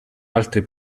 altri